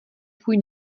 tvůj